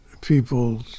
people